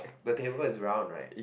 the table is round right